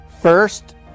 First